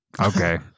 okay